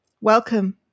Welcome